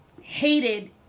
hated